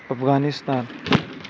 Afghanistan